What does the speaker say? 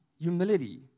humility